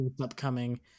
upcoming